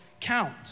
count